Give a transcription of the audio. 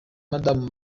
madamu